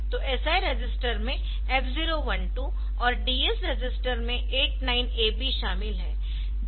तो SI register में F012 और DS रजिस्टर में 89AB शामिल है